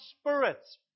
spirits